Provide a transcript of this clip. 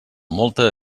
molta